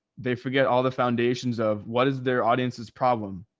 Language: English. they forget all the foundations of what is their audience's problem.